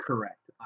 Correct